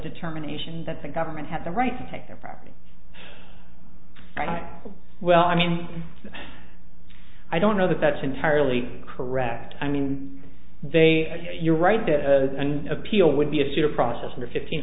determination that the government had the right to take their property right well i mean i don't know that that's entirely correct i mean they you're right that an appeal would be a super process for fifteen